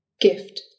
gift